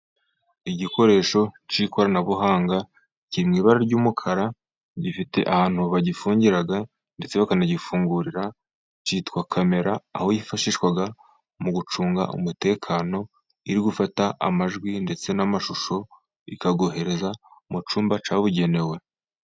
Igikoresho cy'ikoranabuhanga, kiri mu ibara ry'umukara, gifite ahantu bagifungira ndetse bakanagifungurira, cyitwa kamera, aho yifashishwa mu gucunga umutekano, iri gufata amajwi ndetse n'amashusho, ikayohereza mu cyumba cyabugenewe.